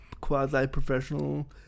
quasi-professional